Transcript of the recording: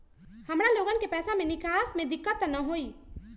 हमार लोगन के पैसा निकास में दिक्कत त न होई?